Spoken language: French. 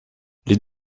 les